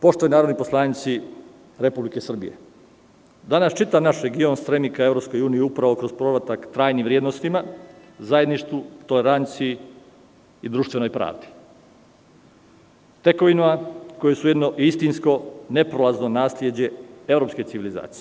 Poštovani narodni poslanici Republike Srbije, danas čitav naš region stremi EU upravo kroz trajne vrednosti, zajedništvo, toleranciji i društvenoj pravdi, tekovinama koje su jedno istinsko neprolazno nasleđe evropske civilizacije.